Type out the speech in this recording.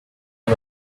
and